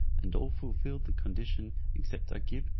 and all fulfilled the condition except agib,